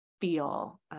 feel